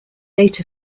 date